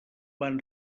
van